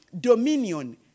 dominion